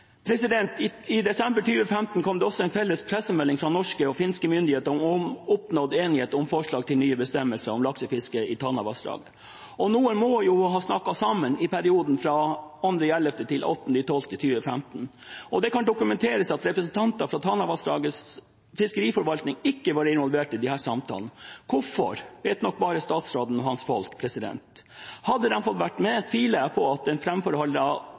I desember 2015 kom det også en felles pressemelding fra norske og finske myndigheter om oppnådd enighet om forslag til nye bestemmelser om laksefisket i Tanavassdraget. Noen må jo ha snakket sammen i perioden fra 2. november til 8. desember 2015. Det kan dokumenteres at representanter fra Tanavassdragets fiskeforvaltning ikke var involvert i disse samtalene. Hvorfor vet nok bare statsråden og hans folk. Hadde de fått være med, tviler jeg på at